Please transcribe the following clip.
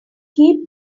keep